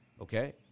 Okay